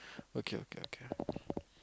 okay okay okay